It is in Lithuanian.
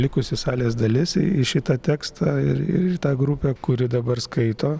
likusi salės dalis į šitą tekstą ir ir į tą grupę kuri dabar skaito